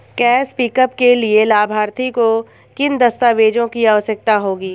Cash pickup के लिए लाभार्थी को किन दस्तावेजों की आवश्यकता होगी?